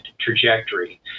trajectory